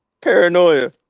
paranoia